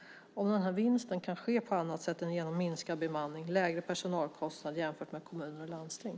Kan vinsten ske på annat sätt än genom minskad bemanning och lägre personalkostnader jämfört med kommuner och landsting?